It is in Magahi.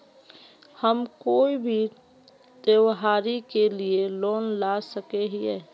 हम कोई भी त्योहारी के लिए लोन ला सके हिये?